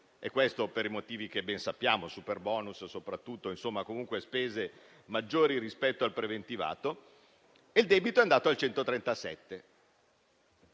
- questo per i motivi che ben sappiamo, superbonus, soprattutto, comunque spese maggiori rispetto al preventivato - e il rapporto debito-PIL è andato al 137